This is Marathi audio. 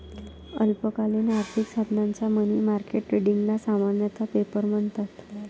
अल्पकालीन आर्थिक साधनांच्या मनी मार्केट ट्रेडिंगला सामान्यतः पेपर म्हणतात